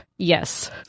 Yes